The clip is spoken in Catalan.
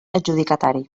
adjudicatari